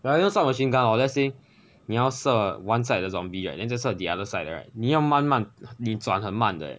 like you know sub machine gun hor let's say 你要射 one side 的 zombie right then 再射 the other side right 你要慢慢你转很慢的 leh